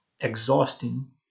exhausting